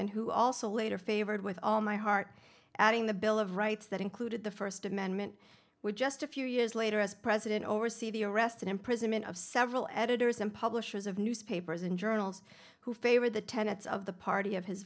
and who also later favored with all my heart adding the bill of rights that included the first amendment with just a few years later as president oversee the arrest and imprisonment of several editors and publishers of newspapers in journals who favor the tenets of the party of his